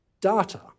data